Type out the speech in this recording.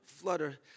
flutter